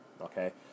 okay